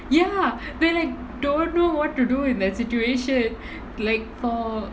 ya they like don't know what to do in that situation like for